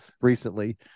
recently